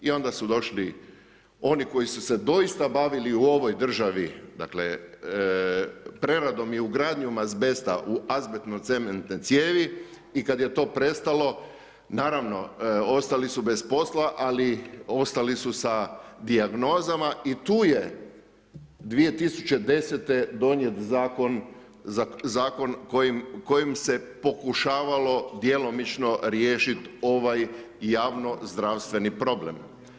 I onda su došli oni koji su se doista bavili u ovoj državi, dakle, preradom i ugradnjom azbesta u azbestno cementne cijevi i kada je to prestalo, naravno, ostali su bez posla, ali ostali su sa dijagnozama i tu je 2010.-te donijet Zakon kojim se pokušavalo djelomično riješiti ovaj javno zdravstveni problem.